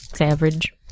Average